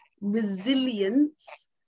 resilience